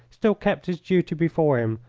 still kept his duty before him,